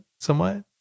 somewhat